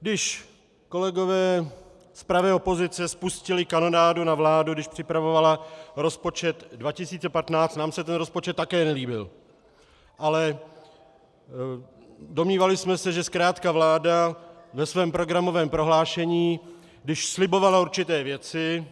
Když kolegové z pravé opozice spustili kanonádu na vládu, když připravovala rozpočet 2015, nám se ten rozpočet také nelíbil, ale domnívali jsme se, že zkrátka vláda ve svém programovém prohlášení, když slibovala určité věci,